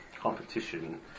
competition